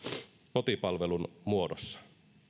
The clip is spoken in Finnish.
kotipalvelun muodossa